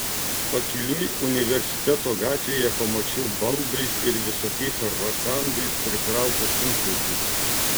pakeliui universiteto gatvėje pamačiau baldais ir visokiais rakandais prikrautą sunkvežimį